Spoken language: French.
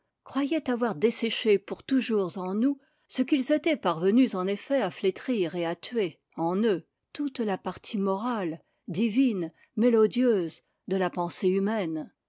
croyaient avoir desséché pour toujours en nous ce qu'ils étaient parvenus en effet à flétrir et à tuer en eux toute la partie morale divine mélodieuse de la pensée humaine